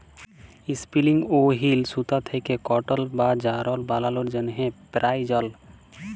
ইসপিলিং wheel সুতা থ্যাকে কটল বা যারল বালালোর জ্যনহে পেরায়জল